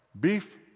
Beef